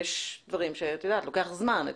יש דברים שלוקח זמן,